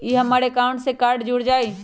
ई हमर अकाउंट से कार्ड जुर जाई?